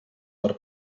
per